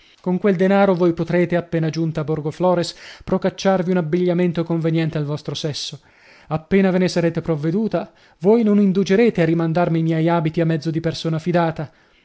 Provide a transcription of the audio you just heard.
con quel denaro voi potrete appena giunta a borgoflores procacciarvi un abbigliamento conveniente al vostro sesso appena ve ne sarete provveduta voi non indugerete a rimandarmi i miei abiti a mezzo di persona fidata